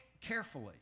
carefully